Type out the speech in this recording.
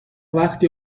وقتی